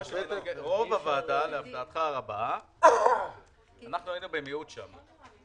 להפתעתך הרבה, אנחנו היינו במיעוט שם.